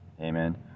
amen